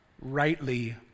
rightly